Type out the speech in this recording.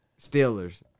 Steelers